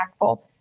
impactful